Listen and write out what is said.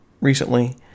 recently